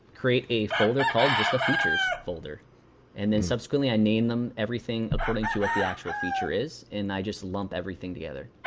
create a folder called just the features folder and then, subsequently, i name them everything according to what the actual feature is and i just lump everything together.